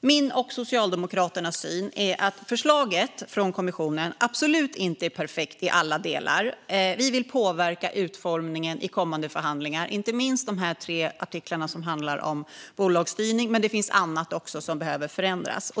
Min och Socialdemokraternas syn är att förslaget från kommissionen absolut inte är perfekt i alla delar. Vi vill påverka utformningen i kommande förhandlingar. Det gäller inte minst de tre artiklar som handlar om bolagsstyrning, men det finns också annat som behöver förändras.